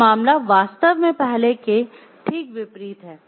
यह मामला वास्तव में पहले के ठीक विपरीत है